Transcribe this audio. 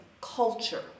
culture